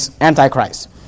Antichrist